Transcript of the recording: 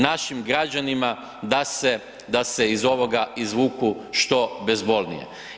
Našim građanima da se iz ovoga izvuku što bezbolnije.